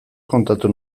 kontatu